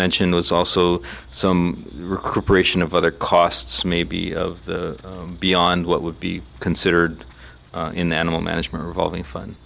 mentioned was also some recuperation of other costs maybe beyond what would be considered in animal management revolving fun